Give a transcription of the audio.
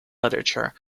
literature